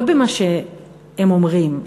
לא במה שהם אומרים,